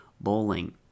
bowling